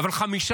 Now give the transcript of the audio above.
אבל 15